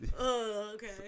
okay